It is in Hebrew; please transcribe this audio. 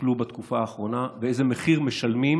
שסוכלו בתקופה האחרונה ואיזה מחיר משלמים,